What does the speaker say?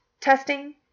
Testing